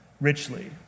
richly